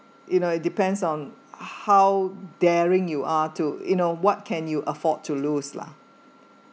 you know it depends on how daring you are too you know what can you afford to lose lah